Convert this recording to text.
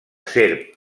serp